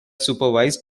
supervised